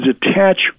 detach